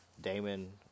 Damon